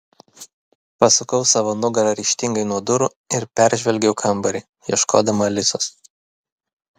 pasukau savo nugarą ryžtingai nuo durų ir peržvelgiau kambarį ieškodama alisos